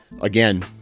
Again